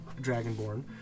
dragonborn